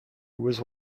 was